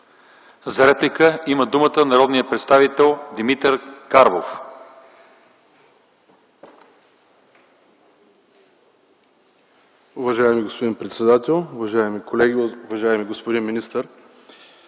За реплика има думата народният представител Димитър Карбов.